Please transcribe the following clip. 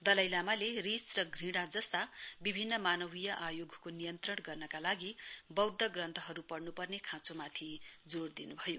दलाई लामाले रीस र घ्रणा जस्ता विभिन्न मानवीय आवेगको नियन्त्रण गर्नका लागि बौध्द ग्रन्थहरू पढ़न् पर्ने खाँचोमाथि जोड़ दिनुभयो